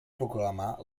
proclamar